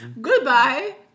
goodbye